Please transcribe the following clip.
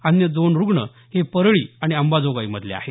अन्य दोन रुग्ण हे परळी आणि अंबाजोगाई मधले आहेत